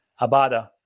Abada